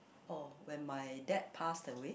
oh when my dad passed away